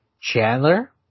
Chandler